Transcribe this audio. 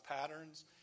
patterns